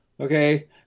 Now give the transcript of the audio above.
Okay